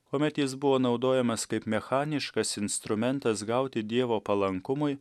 kuomet jis buvo naudojamas kaip mechaniškas instrumentas gauti dievo palankumui